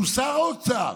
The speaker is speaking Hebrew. שהוא שר אוצר,